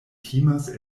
timas